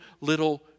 little